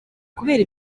kubera